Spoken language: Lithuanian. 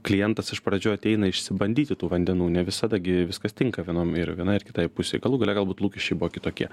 klientas iš pradžių ateina išsibandyti tų vandenų ne visada gi viskas tinka vienom ir vienai ir kitai pusei galų gale galbūt lūkesčiai buvo kitokie